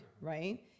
right